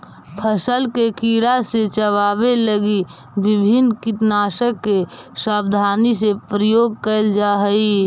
फसल के कीड़ा से बचावे लगी विभिन्न कीटनाशक के सावधानी से प्रयोग कैल जा हइ